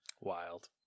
wild